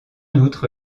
outre